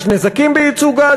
יש נזקים בייצוא גז,